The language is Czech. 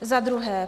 Za druhé.